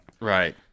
Right